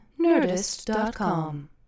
nerdist.com